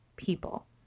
people